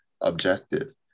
objective